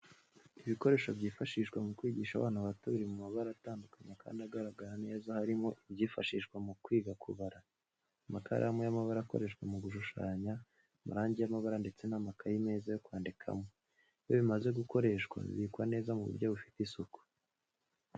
Ibikoresho byifashishwa mu kwigisha abana bato biri mu mabara atandukanye kandi agaragara neza harimo ibyifashishwa mu kwiga kubara, amakaramu y'amabara akoreshwa mu gushushanya, amarangi y'amabara ndetse n'amakaye meza yo kwandikamo, iyo bimaze gukoreshwa bibikwa neza mu buryo bufite isuku.